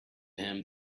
him